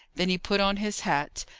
then he put on his hat,